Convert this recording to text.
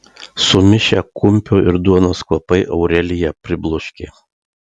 sumišę kumpio ir duonos kvapai aureliją pribloškė